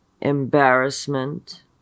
embarrassment